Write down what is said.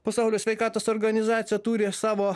pasaulio sveikatos organizacija turi savo